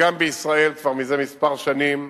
וגם בישראל, כבר מזה כמה שנים,